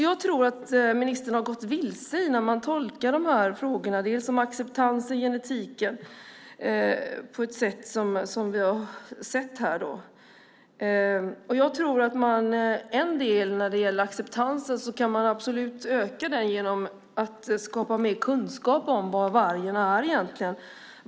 Jag tror att ministern har gått vilse i tolkningen av frågorna om acceptans och genetik, vilket visat sig här. Acceptansen kan man absolut öka genom att skapa mer kunskap om vad vargen är.